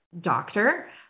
doctor